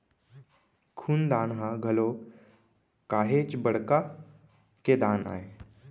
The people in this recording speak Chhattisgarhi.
खून दान ह घलोक काहेच बड़का के दान आय